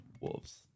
wolves